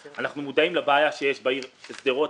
אנחנו מודעים לבעיה שקיימת בעיר שדרות